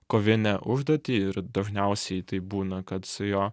kovinę užduotį ir dažniausiai taip būna kad su juo